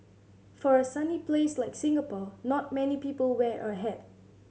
for a sunny place like Singapore not many people wear a hat